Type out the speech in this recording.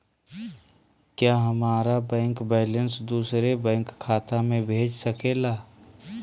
क्या हमारा bank balance दूसरे बैंक खाता में भेज सके ला?